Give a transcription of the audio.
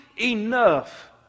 enough